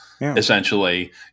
essentially